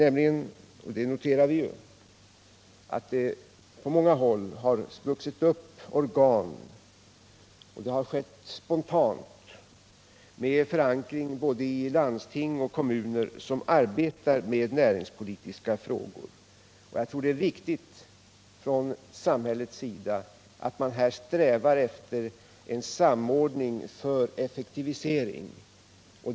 Vi noterar att det på många håll spontant vuxit upp organ med förankring i både landsting och kommuner som arbetar med näringspolitiska frågor. Och jag tror det är viktigt att vi från samhällets sida här strävar efter en samordning för effektivisering.